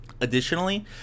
additionally